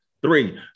three